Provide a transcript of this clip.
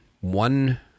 one